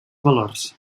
valors